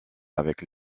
avec